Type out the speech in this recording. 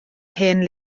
hen